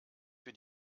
für